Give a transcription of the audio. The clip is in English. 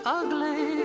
ugly